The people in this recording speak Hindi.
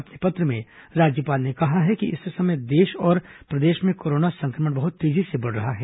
अपने पत्र में राज्यपाल ने कहा है कि इस समय देश और प्रदेश में कोरोना संक्रमण बहुत तेजी से बढ़ रहा है